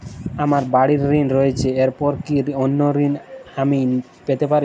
আমার বাড়ীর ঋণ রয়েছে এরপর কি অন্য ঋণ আমি পেতে পারি?